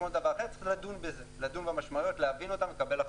צריך לדון במשמעויות, להבין אותן ולקבל החלטות.